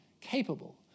capable